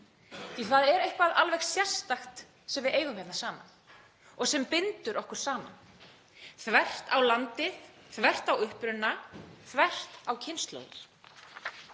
Það er eitthvað alveg sérstakt sem við eigum hér saman og sem bindur okkur saman, þvert á landið, þvert á uppruna, þvert á kynslóðir.